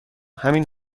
همین